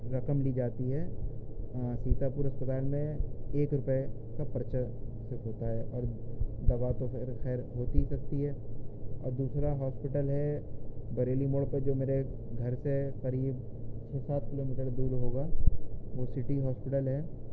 رقم لی جاتی ہے ہاں سیتاپور اسپتال میں ایک روپئے کا پرچہ صرف ہوتا ہے اور دوا تو خیر ہوتی ہی سستی ہے اور دوسرا ہاسپٹل ہے بریلی موڑ پہ جو میرے گھر سے قریب چھ سات کلو میٹر دور ہوگا وہ سٹی ہاسپٹل ہے